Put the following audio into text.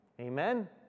Amen